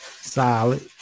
Solid